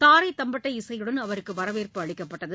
தாரைதம்பட்டை இசையுடன் அவருக்குவரவேற்பு அளிக்கப்பட்டது